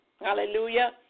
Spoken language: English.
hallelujah